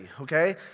Okay